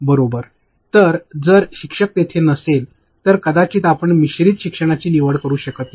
बरोबर तर जर शिक्षक तेथे असेल तर कदाचित आपण मिश्रित शिक्षणाची निवड करू शकत नाही